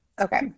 okay